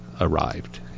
arrived